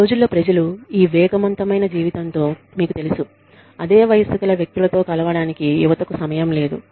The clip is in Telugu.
ఈ రోజుల్లో ప్రజలు ఈ వేగవంతమైన జీవితంతో మీకు తెలుసు అదే వయస్సు గల వ్యక్తులతో కలవడానికి యువతకు సమయం లేదు